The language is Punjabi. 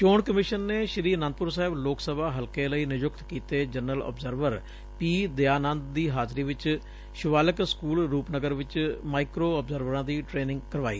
ਚੋਣ ਕਮਿਸ਼ਨ ਨੇ ਸ਼੍ਸੀ ਆਨੰਦਪੁਰ ਸਾਹਿਬ ਲੋਕ ਸਭਾ ਹਲਕੇ ਲਈ ਨਿਯੁਕਤ ਕੀਤੇ ਜਨਰਲ ਅਬਜ਼ਰਵਰ ਪੀ ਦਿਆਨੰਦ ਦੀ ਹਾਜ਼ਰੀ ਵਿੱਚ ਸ਼ਿਵਾਲਿਕ ਸਕੁਲ ਰੁਪਨਗਰ ਚ ਮਾਈਕ੍ਰੋ ਅਬਜ਼ਰਵਰਾਂ ਦੀ ਟਰੇਨਿੰਗ ਕਰਵਾਈ